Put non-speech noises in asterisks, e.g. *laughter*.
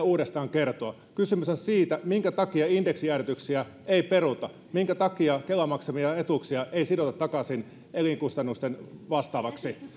*unintelligible* uudestaan kertoa kysymys on siitä minkä takia indeksijäädytyksiä ei peruta minkä takia kelan maksamia etuuksia ei sidota takaisin elinkustannuksia vastaaviksi